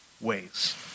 ways